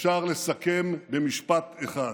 אפשר לסכם במשפט אחד: